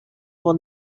will